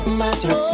matter